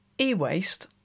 e-waste